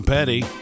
Petty